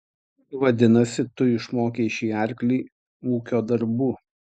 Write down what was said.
vadinasi tu išmokei šį arklį ūkio darbų